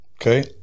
okay